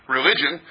religion